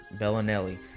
Bellinelli